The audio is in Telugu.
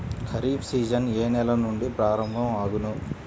ఖరీఫ్ సీజన్ ఏ నెల నుండి ప్రారంభం అగును?